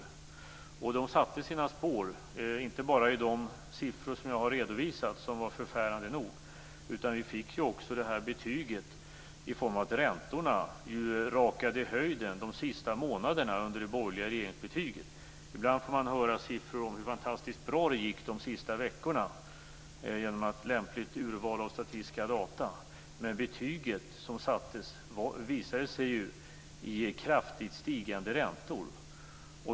Det gjorde de också, inte bara i de siffror som jag har redovisat och som var förfärande nog, utan vi fick ju också det betyg vi fick i form av att räntorna rakade i höjden under de sista månaderna av den borgerliga regeringstiden. Ibland får man höra siffror om hur fantastiskt det gick under de sista veckorna; detta genom ett lämpligt urval av statistiska data. Men det betyg som sattes visade sig ge kraftigt stigande räntor.